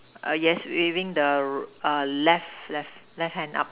err yes waving the a left left left hand up